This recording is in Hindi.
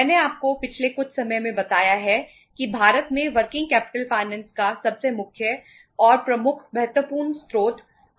मैंने आपको पिछले कुछ समय में बताया है कि भारत में वर्किंग कैपिटल फाइनेंस है